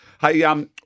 Hey